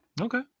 Okay